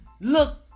Look